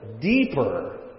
deeper